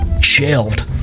shelved